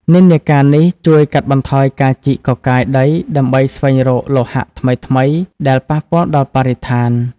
និន្នាការនេះជួយកាត់បន្ថយការជីកកកាយដីដើម្បីស្វែងរកលោហៈថ្មីៗ ដែលប៉ះពាល់ដល់បរិស្ថាន។